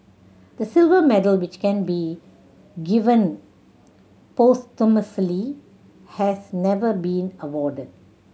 the silver medal which can be given posthumously has never been awarded